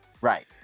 Right